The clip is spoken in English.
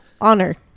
Honor